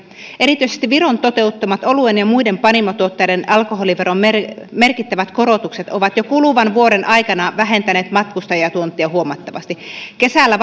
erityisesti viron toteuttamat oluen ja muiden panimotuotteiden alkoholiveron merkittävät merkittävät korotukset ovat jo kuluvan vuoden aikana vähentäneet matkustajatuontia huomattavasti kesällä